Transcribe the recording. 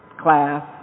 class